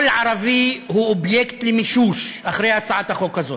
כל ערבי הוא אובייקט למישוש אחרי הצעת החוק הזאת.